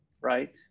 right